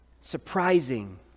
surprising